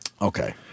Okay